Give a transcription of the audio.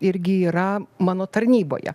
irgi yra mano tarnyboje